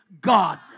God